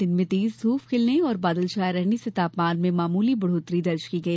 दिन में तेज धूप खिलने और बादल छाये रहने से तापमान में मामूली बढ़ौतरी दर्ज की गई